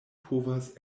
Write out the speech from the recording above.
povas